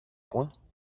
point